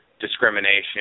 discrimination